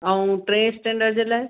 ऐं टे स्टैंडर्ड जे लाइ